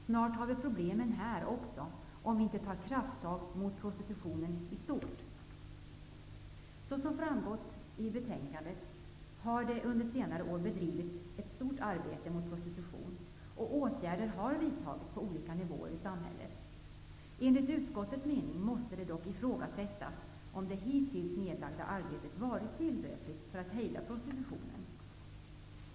Snart har vi också problemen här, om vi inte tar krafttag mot prostitutionen i stort. Som framgått ur betänkandet har det under senare år bedrivits ett stort arbete mot prostitution. Åtgärder på olika nivåer i samhället har vidtagits. Enligt utskottets mening måste det dock ifrågasättas om det hittills nedlagda arbetet varit tillräckligt för att hejda prostitutionen.